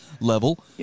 level